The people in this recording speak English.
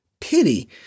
Pity